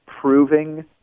proving